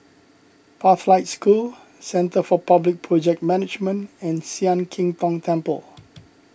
Pathlight School Centre for Public Project Management and Sian Keng Tong Temple